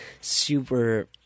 super